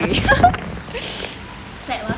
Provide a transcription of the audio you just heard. it's